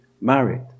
married